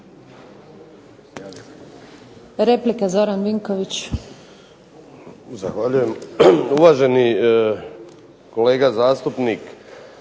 Zoran (SDP)** Zahvaljujem. Uvaženi kolega zastupnik